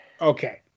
okay